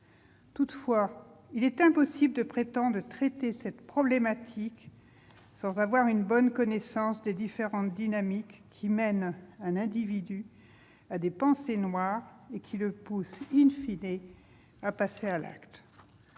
Toutefois, il est impossible de prétendre traiter cette problématique sans avoir une bonne connaissance des différentes dynamiques qui mènent un individu à des pensées noires et qui le poussent à passer à l'acte.